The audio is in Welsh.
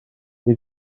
ond